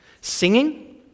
singing